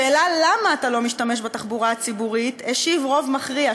על השאלה למה אתה לא משתמש בתחבורה הציבורית השיב רוב מכריע,